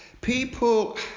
People